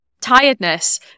tiredness